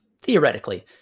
Theoretically